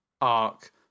arc